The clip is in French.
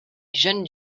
jeunes